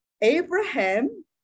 Abraham